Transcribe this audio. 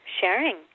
sharing